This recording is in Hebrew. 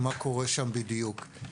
מה קורה שם בדיוק.